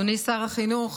אדוני שר החינוך,